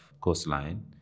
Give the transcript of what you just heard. coastline